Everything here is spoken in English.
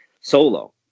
Solo